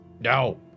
No